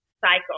cycle